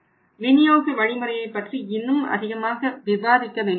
விநியோக வழிமுறையைப் பற்றி இன்னும் அதிகமாக விவாதிக்க வேண்டியுள்ளது